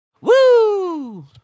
Woo